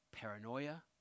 paranoia